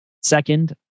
Second